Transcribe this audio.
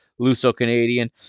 Luso-Canadian